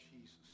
Jesus